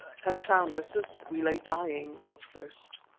had found us as we lay dying of thirst.